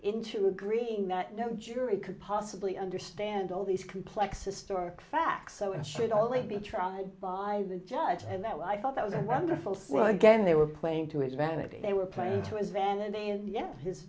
into agreeing that no jury could possibly understand all these complex a story facts so it should only be tried by the judge and that i thought that was wonderful well again they were playing to his vanity they were playing to his vanity and yes his